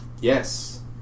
Yes